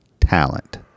talent